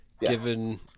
given